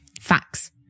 Facts